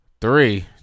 Three